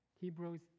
Hebrews